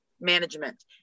management